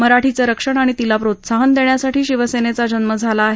मराठीचं रक्षण आणि तिला प्रोत्साहन देण्यासाठीचं शिवसेनेचा जन्म झाला आहे